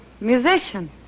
musician